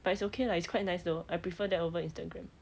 but it's okay lah it's quite nice though I prefer that over instagram